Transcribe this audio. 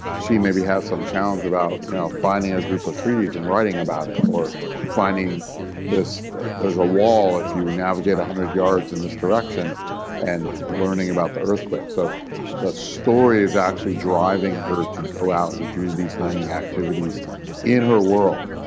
she maybe has some challenge about you know finding a group of trees and writing about it or finding there's a wall if you navigate one hundred yards in this direction and learning about the earthquake. so that story is actually driving her to go out and do these learning activities in her world.